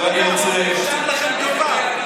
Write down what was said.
מדברים על ההפגנה, עושים לכם טובה.